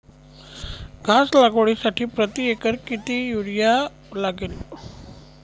घास लागवडीसाठी प्रति एकर किती युरिया लागेल?